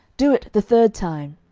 do it the third time.